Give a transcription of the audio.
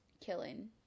killing